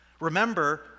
Remember